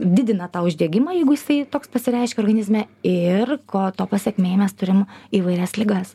didina tą uždegimą jeigu jisai toks pasireiškia organizme ir ko to pasekmėj mes turim įvairias ligas